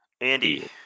Andy